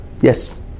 yes